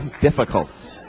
difficult